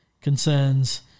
concerns